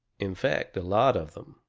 in fact, a lot of them.